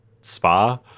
spa